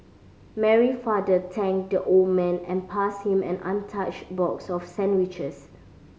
Mary's father thanked the old man and passed him an untouched box of sandwiches